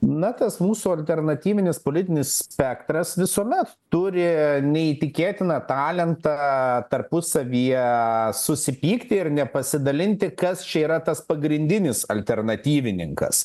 na tas mūsų alternatyvinis politinis spektras visuomet turi neįtikėtiną talentą tarpusavyje susipykti ir nepasidalinti kas čia yra tas pagrindinis alternatyvininkas